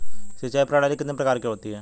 सिंचाई प्रणाली कितने प्रकार की होती हैं?